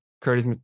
Curtis